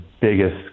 biggest